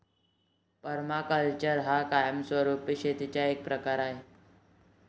permaculture हा कायमस्वरूपी शेतीचा एक प्रकार आहे